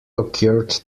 occurred